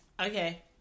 Okay